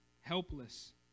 helpless